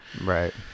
right